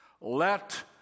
Let